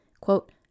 Quote